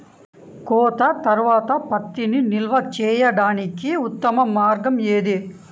కోత తర్వాత పత్తిని నిల్వ చేయడానికి ఉత్తమ మార్గం ఏది?